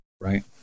right